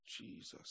Jesus